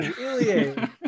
Ilya